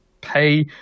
Pay